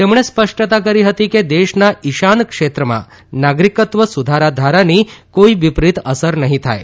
તેમણે સ્પષ્ટતા કરી હતી કે દેશના ઇશાન ક્ષેત્રમાં નાગરિકત્વ સુધારા ધારાની કોઇ વિપરીત અસર નહીં થાય